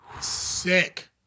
Sick